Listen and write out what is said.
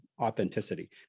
authenticity